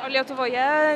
o lietuvoje